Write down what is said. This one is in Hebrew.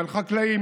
על חקלאים,